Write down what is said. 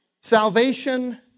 Salvation